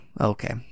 okay